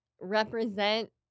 represent